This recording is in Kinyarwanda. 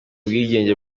ubwigenge